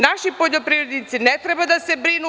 Naši poljoprivrednici ne treba da se brinu.